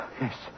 yes